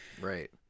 Right